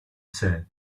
said